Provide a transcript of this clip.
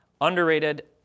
Underrated